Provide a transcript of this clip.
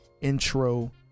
Intro